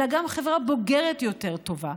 אלא גם חברה בוגרת יותר טובה.